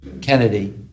Kennedy